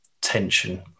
tension